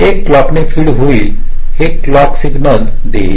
एका क्लॉकने फीड होईल हे क्लॉकसिग्नल देईल